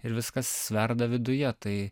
ir viskas verda viduje tai